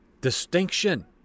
Distinction